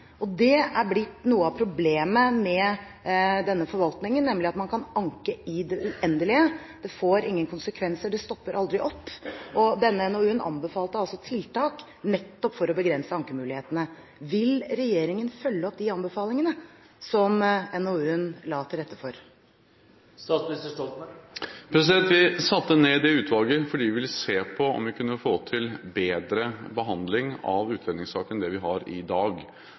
Det er blitt noe av problemet med denne forvaltningen, nemlig at man kan anke i det uendelige – det får ingen konsekvenser, det stopper aldri opp. Denne NOU-en anbefalte altså tiltak nettopp for å begrense ankemulighetene. Vil regjeringen følge opp de anbefalingene som NOU-en la til rette for? Vi satte ned det utvalget fordi vi ville se på om vi kunne få til bedre behandling av utlendingssakene enn det vi har i dag,